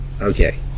Okay